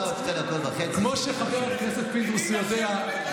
כמו שחבר הכנסת פינדרוס יודע,